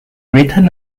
written